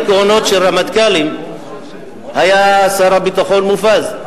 כהונות של רמטכ"לים היה שר הביטחון מופז,